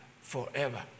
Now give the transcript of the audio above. forever